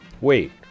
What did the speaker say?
Wait